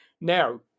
Now